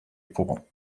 fall